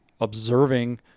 observing